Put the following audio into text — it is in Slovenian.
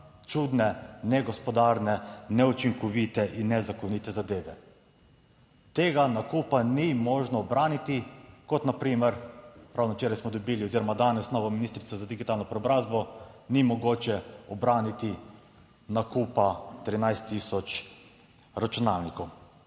čudne, negospodarne, neučinkovite in nezakonite zadeve. Tega nakupa ni možno braniti, kot na primer, ravno včeraj smo dobili oziroma danes novo ministrico za digitalno preobrazbo, ni mogoče ubraniti nakupa 13 tisoč računalnikov.